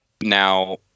Now